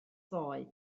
ddoe